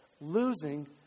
losing